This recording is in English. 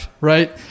right